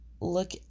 look